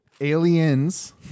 Aliens